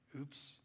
Oops